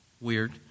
Weird